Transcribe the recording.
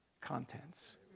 contents